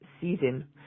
season